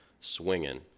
swinging